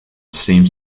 seems